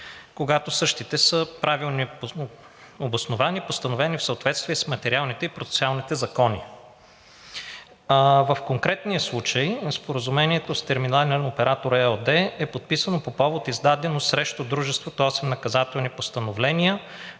когато същите са правилно обосновани, постановени в съответствие с материалните и процесуалните закони. В конкретния случай споразумението с „Терминален оператор“ ЕООД е подписано по повод издадени срещу Дружеството осем наказателни постановления.